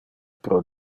pro